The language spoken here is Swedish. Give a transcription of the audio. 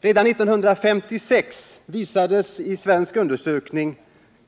Redan 1956 visades i en svensk undersökning,